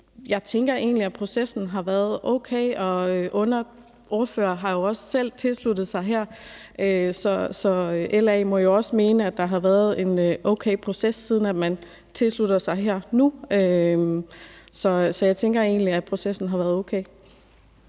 Jeg tænker egentlig, at processen har været okay, og ordførere har jo også selv tilsluttet sig her. Så LA må jo også mene, at der har været en okay proces, siden man tilslutter sig her nu. Så jeg tænker egentlig, at processen har været okay.